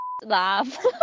laugh